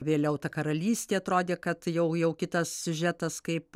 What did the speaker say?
vėliau ta karalystė atrodė kad jau jau kitas siužetas kaip